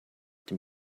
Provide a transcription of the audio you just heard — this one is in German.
dem